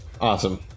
awesome